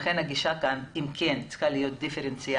לכן הגישה כאן, אם כן, צריכה להיות דיפרנציאלית.